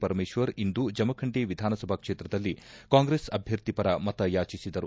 ಪರಮೇಶ್ವರ್ ಇಂದು ಜಮಖಂಡಿ ವಿಧಾನಸಭಾ ಕ್ಷೇತ್ರದಲ್ಲಿ ಕಾಂಗ್ರೆಸ್ ಅಭ್ಯರ್ಥಿಪರ ಮತಯಾಚಿಸಿದರು